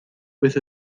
with